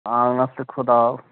آنگنَس تہِ کھوٚت آب